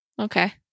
Okay